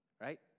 Right